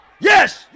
Yes